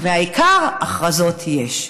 והעיקר, הכרזות יש.